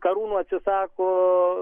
karūnų atsisako